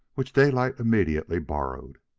which daylight immediately borrowed.